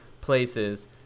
places